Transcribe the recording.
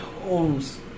homes